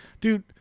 Dude